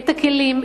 את הכלים,